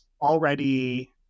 already